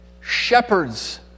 shepherds